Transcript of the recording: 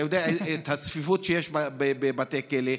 אתה יודע מהי הצפיפות שיש בבתי הכלא,